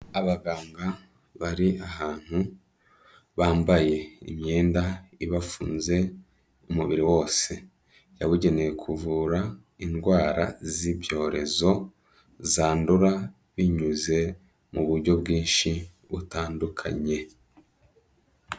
Abaganga bari ahantu, bambaye imyenda ibafunze umubiri wose yabugenewe kuvura indwara z'ibyorezo, zandura binyuze mu buryo bwinshi butandukanye.